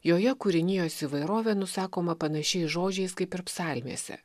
joje kūrinijos įvairovė nusakoma panašiais žodžiais kaip ir psalmėse